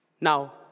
Now